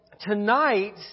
tonight